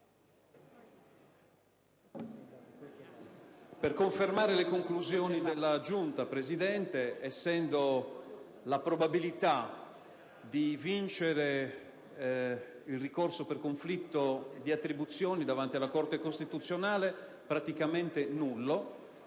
confermo le conclusioni della Giunta essendo la probabilità di vincere il ricorso per conflitto di attribuzione davanti alla Corte costituzionale praticamente nulla